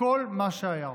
הכול, מה שהיה.